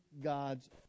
God's